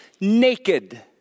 naked